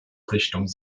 richtung